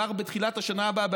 כבר בתחילת השנה הבאה,